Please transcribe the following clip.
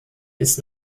bis